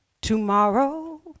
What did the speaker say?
tomorrow